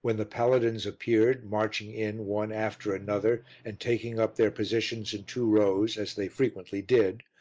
when the paladins appeared, marching in one after another and taking up their positions in two rows, as they frequently did,